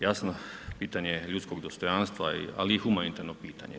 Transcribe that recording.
Jasno, pitanje je ljudskog dostojanstva ali i humanitarno pitanje.